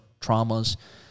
traumas